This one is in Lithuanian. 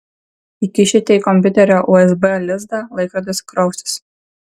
įkišite į kompiuterio usb lizdą laikrodis krausis